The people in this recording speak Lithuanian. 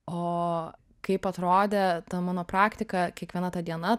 o kaip atrodė ta mano praktika kiekviena ta diena